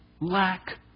lack